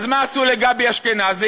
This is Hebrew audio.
אז מה עשו לגבי אשכנזי?